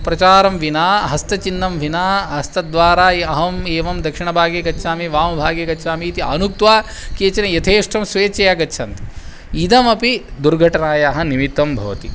प्रचारं विना हस्तचिह्नं विना हस्तद्वारा अहम् एवं दक्षिणभागे गच्छामि वामभागे गच्छामि इति अनुक्त्वा केचन यथेष्टं स्वेच्छया गच्छन्ति इदमपि दुर्घटनायाः निमित्तं भवति